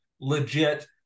legit